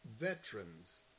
veterans